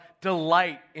delight